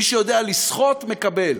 מי שיודע לסחוט מקבל,